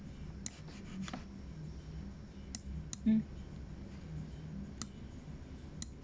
mm